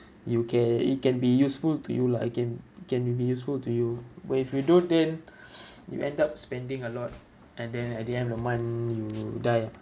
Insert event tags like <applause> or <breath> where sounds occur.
you can it can be useful to you lah it can it can be useful to you but if you don't then <breath> you end up spending a lot and then at the end of the month you die ah